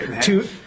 Two